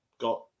got